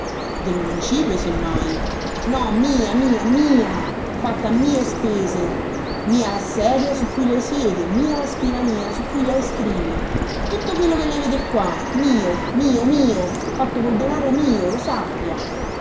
del municipio se mai no mia mia mia fatta a mie spese mia la sedia su cui lei siede mia la scrivania su cui lei scrive tutto quello che lei vede qua mio mio mio fatto col denaro mio lo sappia